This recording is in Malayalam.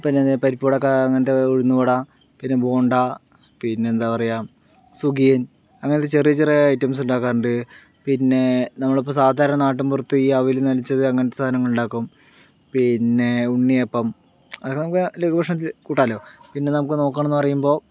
ഇപ്പം പരിപ്പുവട ഉഴുന്നുവട പിന്നെ ബോണ്ടാ പിന്നെന്താണ് പറയുക സുഗിയൻ അങ്ങനത്തെ ചെറിയ ചെറിയ ഐറ്റംസ് ഉണ്ടാക്കാറുണ്ട് പിന്നെ നമ്മൾ ഇപ്പം സാധാരണ നാട്ടും പുറത്ത് ഈ അവൽ നനച്ചത് അങ്ങനത്തെ സാധങ്ങളുണ്ടാക്കും പിന്നെ ഉണ്ണിയപ്പം അത് നമുക്ക് ലഘു ഭക്ഷണത്തിൽ കൂട്ടമല്ലോ പിന്നെ നമുക്ക് നോക്കുകയാണെന്ന് പറയുമ്പോൾ